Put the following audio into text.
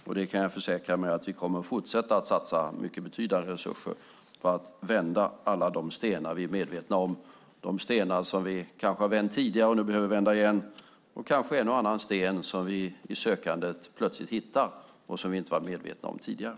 Jag kan försäkra att vi kommer att fortsätta att satsa mycket betydande resurser på att vända alla de stenar vi är medvetna om, de stenar som vi kanske har vänt tidigare och nu behöver vända igen, och kanske en och annan sten som vi i sökandet plötsligt hittar och som vi inte var medvetna om tidigare.